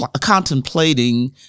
contemplating